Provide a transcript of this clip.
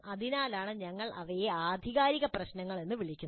അതിനാലാണ് ഞങ്ങൾ അവയെ ആധികാരിക പ്രശ്നങ്ങൾ എന്ന് വിളിക്കുന്നത്